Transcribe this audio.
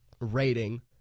rating